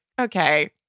okay